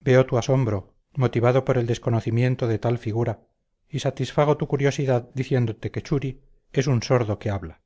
veo tu asombro motivado por el desconocimiento de tal figura y satisfago tu curiosidad diciéndote que churi es un sordo que habla